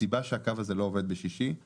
הסיבה שהקו הזה לא עובד בשישי היא